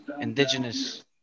Indigenous